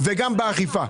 וגם באכיפה.